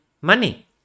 money